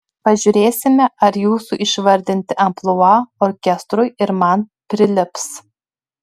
pažiūrėsime ar jūsų išvardinti amplua orkestrui ir man prilips